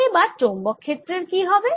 এবার চৌম্বক ক্ষেত্রের কি হবে